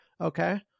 Okay